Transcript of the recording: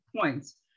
points